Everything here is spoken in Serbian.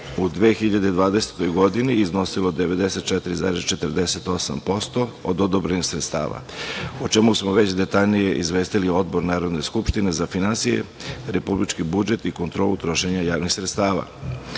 u 2020. godini iznosilo 94,48% od odobrenih sredstava, o čemu smo već detaljnije izvestili Odbor Narodne skupštine za finansije, republički budžet i kontrolu trošenja javnih sredstava.